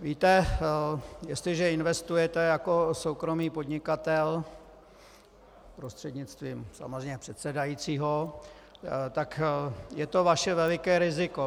Víte, jestliže investujete jako soukromý podnikatel, prostřednictvím samozřejmě předsedajícího, tak je to vaše velké riziko.